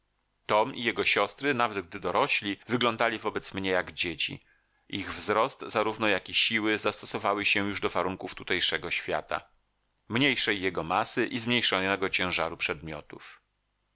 i jego siostry nawet gdy dorośli wyglądali wobec mnie jak dzieci ich wzrost zarówno jak i siły zastosowały się już do warunków tutejszego świata mniejszej jego masy i zmniejszonego ciężaru przedmiotów